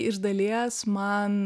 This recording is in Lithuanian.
iš dalies man